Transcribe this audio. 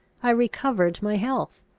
i recovered my health.